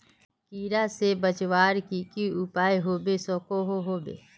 कीड़ा से पौधा बचवार की की उपाय होबे सकोहो होबे?